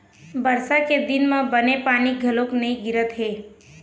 बरसा के दिन म बने पानी घलोक नइ गिरत हे